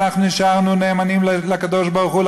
ואנחנו נשארנו נאמנים לקדוש-ברוך-הוא,